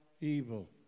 evil